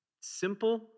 Simple